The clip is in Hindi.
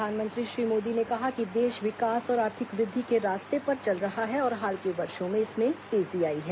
प्रधानमंत्री श्री मोदी ने कहा कि देश विकास और आर्थिक वृद्धि के रास्ते पर चल रहा है और हाल के वर्षों में इसमें तेजी आई है